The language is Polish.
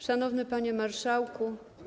Szanowny Panie Marszałku!